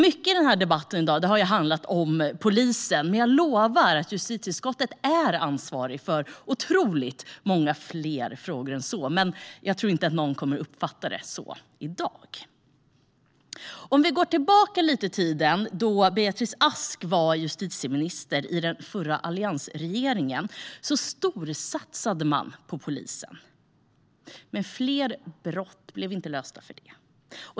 Mycket i denna debatt i dag har handlat om polisen. Men jag lovar att justitieutskottet är ansvarigt för otroligt många fler frågor än så, även om jag inte tror att någon kommer att uppfatta det så i dag. Om vi går tillbaka lite grann i tiden, då Beatrice Ask var justitieminister i den förra alliansregeringen, storsatsade man på polisen. Men fler brott blev ändå inte lösta.